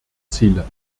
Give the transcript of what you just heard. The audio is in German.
ziele